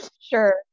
sure